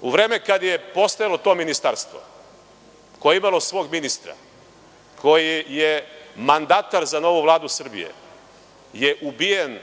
U vreme kada je postojalo to ministarstvo, koje je imalo svog ministra, koji je mandatar za novu Vladu Srbije, je ubijen